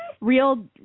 real